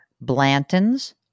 Blanton's